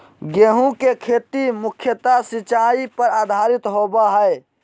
गेहूँ के खेती मुख्यत सिंचाई पर आधारित होबा हइ